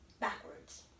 backwards